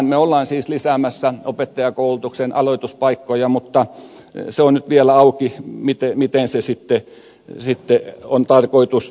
me olemme siis lisäämässä opettajankoulutuksen aloituspaikkoja mutta se on nyt vielä auki miten se sitten on tarkoitus kohdentaa